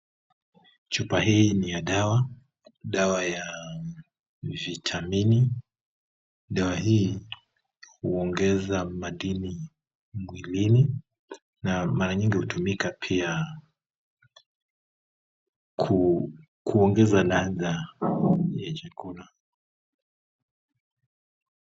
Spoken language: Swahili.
Chupa hii ni ya dawa, dawa ya vitamini, dawa hii huongeza madini mwilini na mara nyingi hutumika pia kuongeza ladha ya chakula.